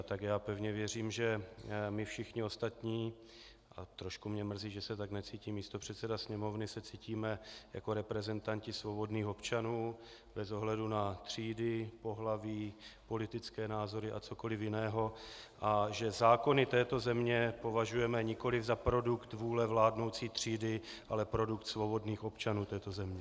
Tak já pevně věřím, že my všichni ostatní a trošku mě mrzí, že se tak necítí místopředseda Sněmovny se cítíme jako reprezentanti svobodných občanů bez ohledu na třídy, pohlaví, politické názory a cokoli jiného a že zákony této země považujeme nikoliv za produkt vůle vládnoucí třídy, ale produkt svobodných občanů této země.